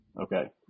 Okay